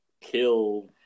kill